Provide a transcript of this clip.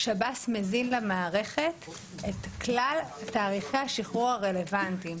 שב"ס מזין למערכת את כלל תאריכי השחרור הרלוונטיים.